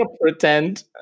pretend